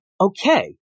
okay